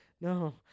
no